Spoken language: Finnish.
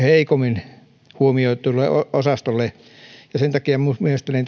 heikommin huomioidulle osastolle niin sen takia minun mielestäni